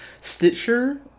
Stitcher